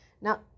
Now